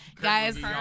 guys